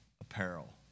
apparel